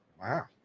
Wow